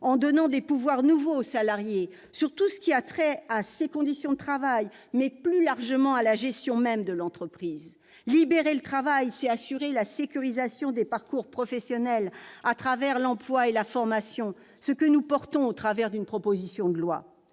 en donnant des pouvoirs nouveaux aux salariés sur tout ce qui a trait à leurs conditions de travail mais aussi, plus largement, à la gestion même de l'entreprise. Libérer le travail, c'est assurer la sécurisation des parcours professionnels à travers l'emploi et la formation, comme nous le préconisons au moyen d'une proposition de loi.